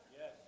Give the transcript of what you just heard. Yes